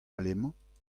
alemañ